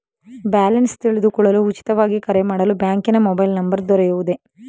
Balance ತಿಳಿದುಕೊಳ್ಳಲು ಉಚಿತವಾಗಿ ಕರೆ ಮಾಡಲು ಬ್ಯಾಂಕಿನ ಮೊಬೈಲ್ ನಂಬರ್ ದೊರೆಯುವುದೇ?